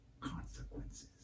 consequences